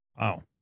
Wow